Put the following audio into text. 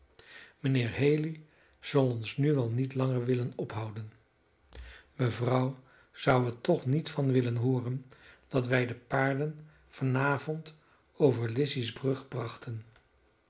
mijnheer haley zal ons nu wel niet langer willen ophouden mevrouw zou er toch niet van willen hooren dat wij de paarden van avond over lizzy's brug brachten